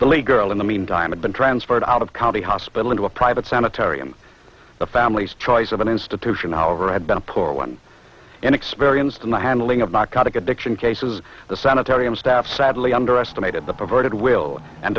the late girl in the meantime i'd been transferred out of county hospital into a private sanitarium the family's choice of an institution however had been a poor one and experienced in the handling of narcotic addiction cases the sanitarium staff sadly underestimated the perverted will and